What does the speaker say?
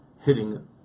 hitting